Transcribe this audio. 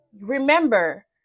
remember